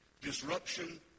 disruption